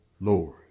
Lord